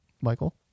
michael